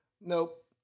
Nope